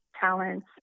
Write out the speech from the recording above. talents